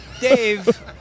Dave